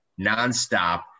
nonstop